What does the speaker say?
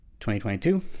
2022